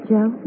Joe